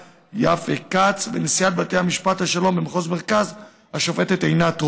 יפה כץ ונשיאת בתי משפט השלום במחוז מרכז השופטת עינת רון.